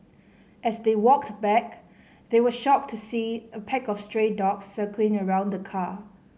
as they walked back they were shocked to see a pack of stray dogs circling around the car